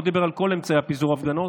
הוא לא דיבר על כל אמצעי פיזור הפגנות.